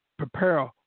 Prepare